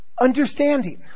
understanding